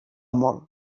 molt